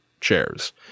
chairs